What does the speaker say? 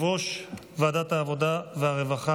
הצעת החוק יושב-ראש ועדת העבודה והרווחה,